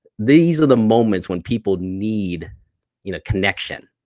these are the moments when people need you know connection,